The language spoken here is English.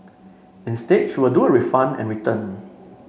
instead she will do a refund and return